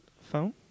phone